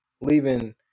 leaving